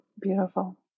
Beautiful